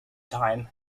time